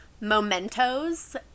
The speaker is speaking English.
mementos